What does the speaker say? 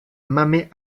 mame